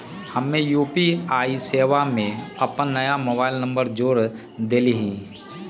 हम्मे यू.पी.आई सेवा में अपन नया मोबाइल नंबर जोड़ देलीयी